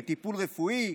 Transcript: לטיפול רפואי,